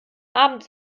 abend